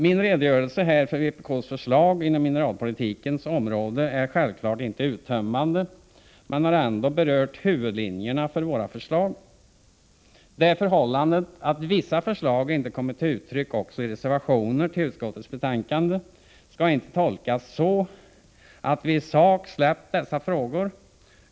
Min redogörelse här för vpk:s förslag inom mineralpolitikens område är självfallet inte uttömmande, men har ändå berört huvudlinjerna i våra förslag. Det förhållandet att vissa förslag inte kommit till uttryck också i reservationer till utskottets betänkande skall inte tolkas så, att vi i sak har släppt dessa frågor.